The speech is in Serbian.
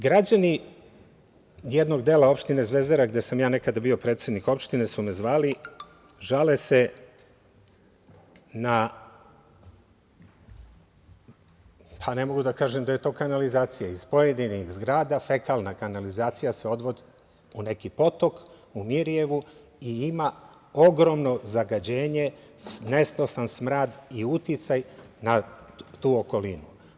Građani jednog dela opštine Zvezdara, gde sam ja nekad bio predsednik opštine, zvali su me, žale se na, pa ne mogu da kažem da je to kanalizacija, iz pojedinih zgrada fekalna kanalizacija se odvodi u neki potok u Mirijevu i ima ogromno zagađenje, nesnosan smrad i uticaj na tu okolinu.